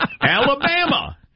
Alabama